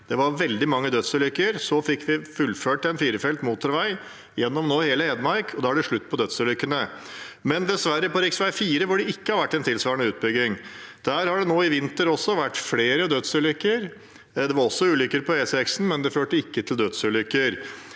Det var veldig mange dødsulykker der. Så fikk vi fullført en firefelts motorvei gjennom hele Hedmark, og nå er det slutt på dødsulykkene. Men dessverre har det på rv. 4, hvor det ikke har vært en tilsvarende utbygging, nå i vinter vært flere dødsulykker. Det var også ulykker på E6, men de førte ikke til død.